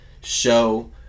show